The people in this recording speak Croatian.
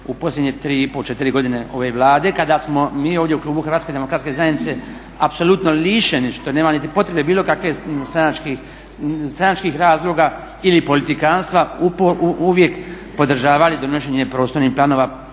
u posljednje 3,5, 4 godine ove Vlade kada smo mi ovdje u klubu HDZ-a apsolutno lišeni što nema niti potrebe bilo kakve stranačkih razloga ili politikantstva uvijek podržavali donošenje prostornih planova